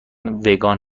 وگان